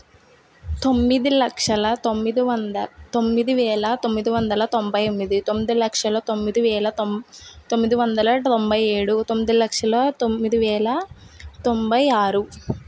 తొమ్మిది లక్షల తొమ్మిది వంద తొమ్మిది వేల తొమ్మిది వందల తొంభై ఎమిది తొమ్మిది లక్షల తొమ్మిది వేల తొమ్మిది వందల తొంభై ఏడు తొమ్మిది లక్షల తొమ్మిది వేల తొంభై ఆరు